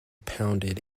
pounded